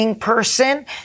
person